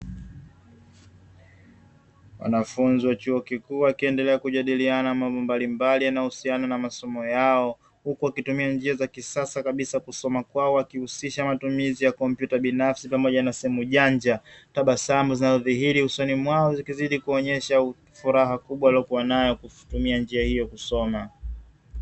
Wanafunzi wa chuo kikuu wakiendelea na kujadilina mambo mbalimbali yanayo husiana na masomo yao huku wakitumia njia za kisasa kabisa kwa kusoma kwao kwa kuhusisha matumizi ya kompyuta binafsi pamoja na simu janja, tabasamu zinazodhahiri usoni mwao zikizidi kuonyesha furaha kubwa waliokuwa nayo kwa kutumia njia hiyo kusoma.